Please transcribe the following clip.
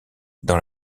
dans